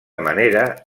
manera